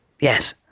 Yes